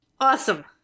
Awesome